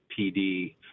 PD